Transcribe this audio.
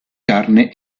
carne